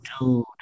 Dude